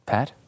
Pat